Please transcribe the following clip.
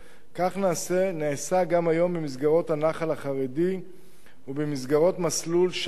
כך נעשה גם היום במסגרות הנח"ל החרדי ובמסגרות מסלול שח"ר,